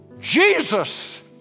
Jesus